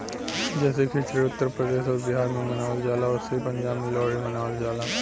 जैसे खिचड़ी उत्तर प्रदेश अउर बिहार मे मनावल जाला ओसही पंजाब मे लोहरी मनावल जाला